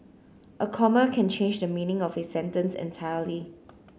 a comma can change the meaning of a sentence entirely